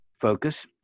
focus